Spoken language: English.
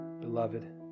beloved